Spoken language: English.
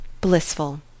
Blissful